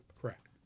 Correct